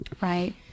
Right